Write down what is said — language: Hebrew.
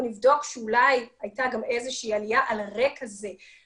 שאולי הייתה איזושהי עלייה על הרקע הזה.